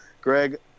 Greg